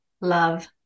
love